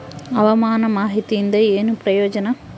ಹವಾಮಾನ ಮಾಹಿತಿಯಿಂದ ಏನು ಪ್ರಯೋಜನ?